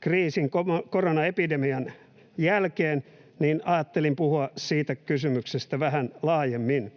koronakriisin, koronaepidemian, jälkeen, niin ajattelin puhua siitä kysymyksestä vähän laajemmin.